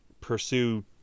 pursue